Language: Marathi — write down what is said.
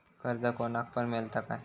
कर्ज कोणाक पण मेलता काय?